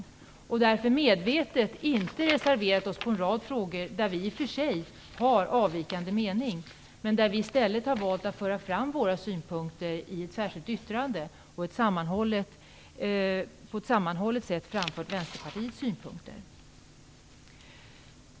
Därför har vi medvetet inte reserverat oss på en rad frågor där vi i och för sig har avvikande mening, och vi har i stället valt att på ett sammanhållet sätt föra fram Vänsterpartiets synpunkter i ett särskilt yttrande.